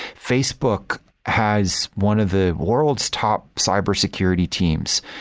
facebook has one of the world's top cybersecurity teams.